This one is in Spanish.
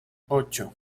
ocho